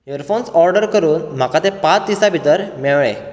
earphones order करून म्हाका ते पांच दिसा भितर मेळ्ळें